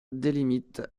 délimite